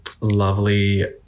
Lovely